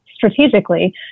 strategically